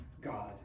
God